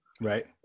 right